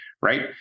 right